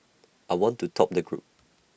I want to top the group